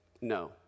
No